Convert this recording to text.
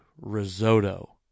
risotto